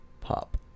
Pop